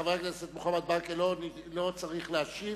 חבר הכנסת מוחמד ברכה לא צריך להשיב.